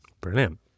Brilliant